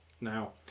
Now